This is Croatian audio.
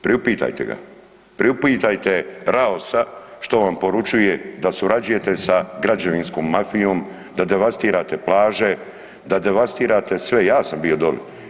Priupitajte ga, priupitajte Raosa što vam poručuje da surađujete sa građevinskom mafijom, da devastirate plaže, da devastirate sve, ja sam bio doli.